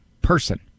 Person